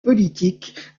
politique